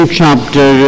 chapter